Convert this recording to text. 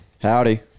Howdy